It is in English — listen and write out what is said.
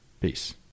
Peace